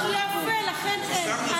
הסרנו את ההסתייגויות, רק בקשות דיבור.